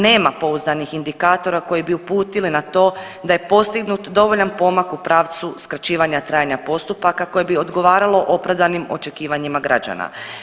Nema pouzdanih indikatora koji bi uputili na to da je postignut dovoljan pomak u pravcu skraćivanja trajanja postupaka koje bi odgovaralo opravdanim očekivanjima građana.